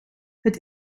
het